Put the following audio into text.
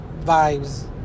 vibes